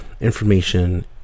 information